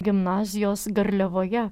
gimnazijos garliavoje